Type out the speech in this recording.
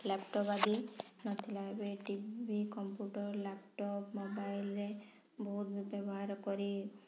laptop ଆଦି ନଥିଲା ଏବେ ଟିଭି କମ୍ପୁଟର୍ ଲାପଟପ୍ ମୋବାଇଲ୍ରେ ବହୁତ ବ୍ୟବହାର କରି